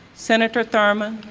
senator thurmond,